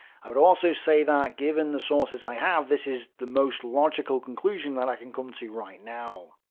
i would also say that, given the sources i have this is the most logical conclusion that i can come to right now.